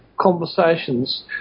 conversations